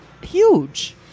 huge